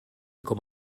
com